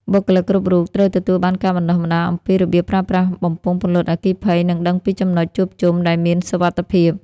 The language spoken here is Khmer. បុគ្គលិកគ្រប់រូបត្រូវទទួលបានការបណ្ដុះបណ្ដាលអំពី របៀបប្រើប្រាស់បំពង់ពន្លត់អគ្គិភ័យ និងដឹងពីចំណុចជួបជុំដែលមានសុវត្ថិភាព។